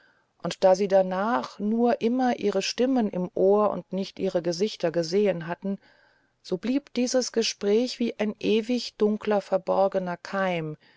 und da sie danach nur immer ihre stimmen im ohr und nicht ihre gesichter gesehen hatten so blieb dieses gespräch wie ein ewig dunkler verborgener keim